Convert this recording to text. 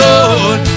Lord